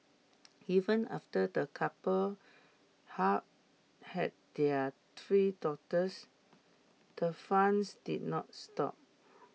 even after the couple had their three daughters the fun did not stop